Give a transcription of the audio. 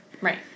right